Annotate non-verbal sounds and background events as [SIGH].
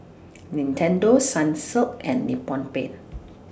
Nintendo Sunsilk and Nippon Paint [NOISE]